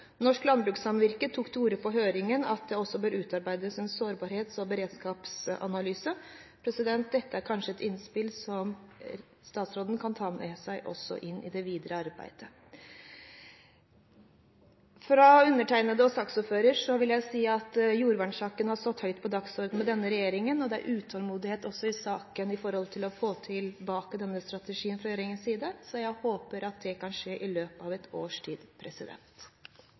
Norsk Landbrukssamvirke tok på høringen til orde for at det bør utarbeides en sårbarhets- og beredskapsanalyse. Dette er kanskje et innspill som statsråden kan ta med seg inn i det videre arbeidet. Som saksordfører vil jeg si at jordvernsaken har stått høyt på dagsordenen med denne regjeringen. Det er utålmodighet i saken med tanke på å få tilbake denne strategien fra regjeringens side, så jeg håper at det kan skje i løpet av et års tid.